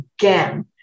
again